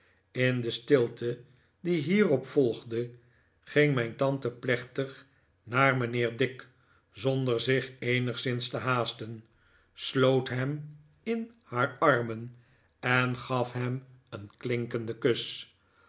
in de stilte die hierop volgde ging mijn tante plechtig naar mijnheer dick zonder zich eenigszins te ihaasten sloot hem in haar armen en gaf hem een klinkenden kus